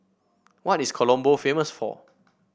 what is Colombo famous for